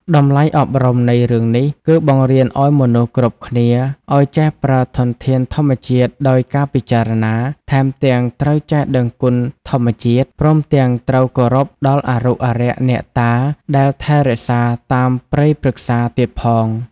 តម្លៃអប់រំនៃរឿងនេះ គឺបង្រៀនឲ្យមនុស្សគ្រប់គ្នាឲ្យចេះប្រើធនធានធម្មជាតិដោយការពិចារណា ថែមទាំងត្រូវចេះដឹងគុណធម្មជាតិ ព្រមទាំងត្រូវគោរពដល់អារុកអារក្សអ្នកតាដែលថែរក្សាតាមព្រៃព្រឹក្សាទៀតផង។